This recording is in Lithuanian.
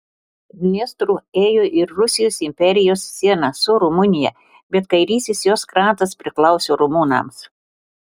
dniestru ėjo ir rusijos imperijos siena su rumunija bet kairysis jos krantas priklausė rumunams